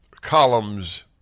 columns